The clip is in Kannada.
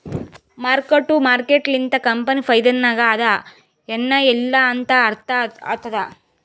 ಮಾರ್ಕ್ ಟು ಮಾರ್ಕೇಟ್ ಲಿಂತ ಕಂಪನಿ ಫೈದಾನಾಗ್ ಅದಾ ಎನ್ ಇಲ್ಲಾ ಅಂತ ಅರ್ಥ ಆತ್ತುದ್